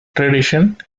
tradition